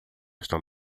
estão